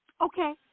okay